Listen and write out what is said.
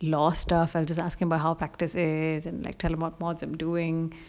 law stuff I'll just ask him by how practice is and like tell him what more I'm doing